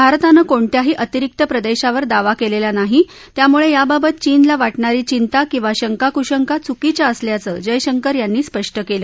भारतानं कोणत्याही अतिरिक्त प्रदेशावर दावा केलेला नाही त्यामुळे याबाबत चीनला वाटणारी चिंता किंवा शंका कुशंका चुकीच्या असल्याचं जयशंकर यांनी स्पष्ट केलं